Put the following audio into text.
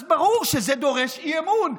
אז ברור שזה דורש אי-אמון,